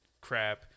crap